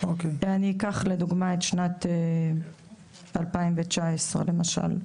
אני אקח לדוגמה את שנת 2019 למשל.